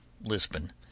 Lisbon